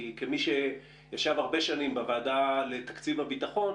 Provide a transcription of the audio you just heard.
כמי שישב הרבה שנים בוועדה לתקציב הביטחון,